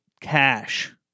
cash